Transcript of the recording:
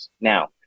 Now